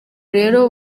rero